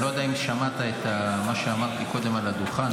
אני לא יודע אם שמעת את מה שאמרתי קודם על הדוכן.